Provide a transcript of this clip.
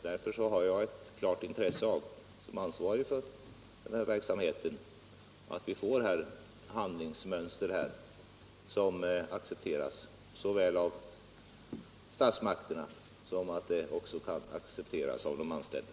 Därför har jag, som ansvarig för den här verksamheten, ett klart intresse av att vi får handlingsmönster som kan accepteras såväl av statsmakterna som av de anställda.